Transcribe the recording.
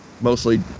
mostly